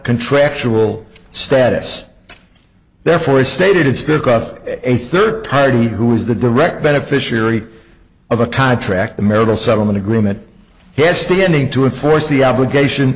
contractual status therefore stated it's because of a third party who is the direct beneficiary of a contract the marital settlement agreement yes the ending to enforce the obligation